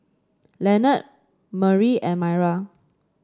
Lenord Murry and Maira